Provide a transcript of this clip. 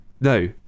No